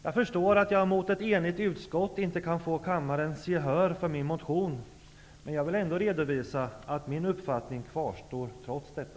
Jag förstår att jag mot ett enigt utskott inte kan få kammarens gehör för min motion, men jag vill ändå redovisa att min uppfattning kvarstår trots detta.